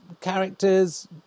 characters